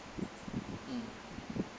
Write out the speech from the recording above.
mm